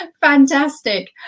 Fantastic